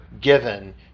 given